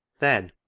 then,